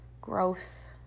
growth